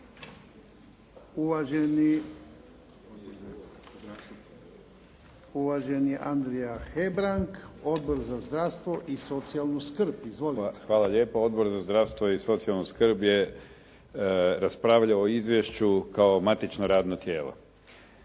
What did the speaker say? Uvaženi Andrija Hebrang, Odbor za zdravstvo i socijalnu skrb. Izvolite. **Hebrang, Andrija (HDZ)** Hvala lijepo. Odbor za zdravstvo i socijalnu skrb je raspravljao o izvješću kao matično radno tijelo.